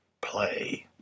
Play